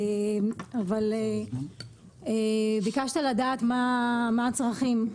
אבל ביקשת לדעת מה הצרכים,